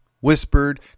whispered